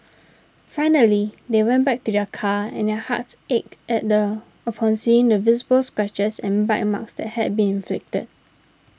finally they went back to their car and their hearts ached upon seeing the visible scratches and bite marks that had been inflicted